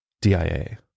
dia